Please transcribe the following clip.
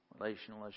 Relational